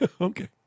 Okay